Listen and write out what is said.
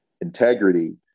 integrity